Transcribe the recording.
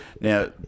Now